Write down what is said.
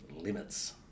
limits